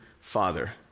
father